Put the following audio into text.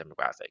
demographic